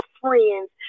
friends